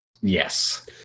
Yes